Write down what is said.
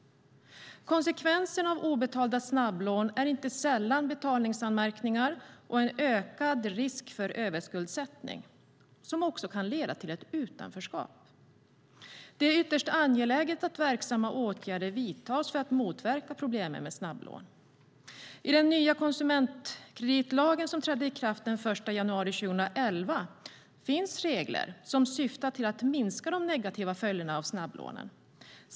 Konsekvensen av obetalda snabblån är inte sällan betalningsanmärkningar och en ökad risk för överskuldsättning, som kan leda till utanförskap. Det är ytterst angeläget att verksamma åtgärder vidtas för att motverka problemen med snabblån. I den nya konsumentkreditlagen, som trädde i kraft den 1 januari 2011, finns regler som syftar till att minska de negativa följderna av snabblånen.